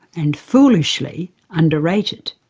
and foolishly underrated.